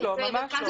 לא, ממש לא.